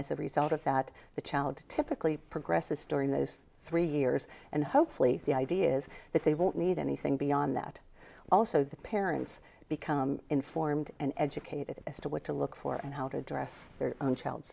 as a result of that the child typically progresses during those three years and hopefully the idea is that they won't need anything beyond that also the parents become informed and educated as to what to look for and how to address their child